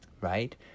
right